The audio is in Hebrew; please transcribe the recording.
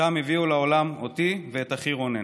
ושם הביאו לעולם אותי ואת אחי רונן.